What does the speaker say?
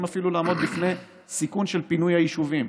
אפילו לעמוד בפני סיכון של פינוי היישובים.